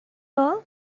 all